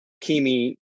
Kimi